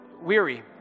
weary